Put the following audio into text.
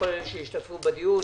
לכל אלה שהשתתפו בדיון,